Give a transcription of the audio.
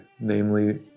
namely